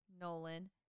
Nolan